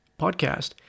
podcast